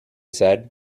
said